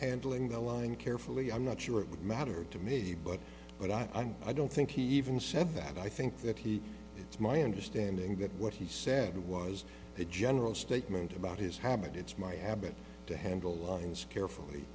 handling the line carefully i'm not sure it would matter to me but what i'm i don't think he even said that i think that he is my understanding that what he said was a general statement about his habit it's my habit to handle things carefully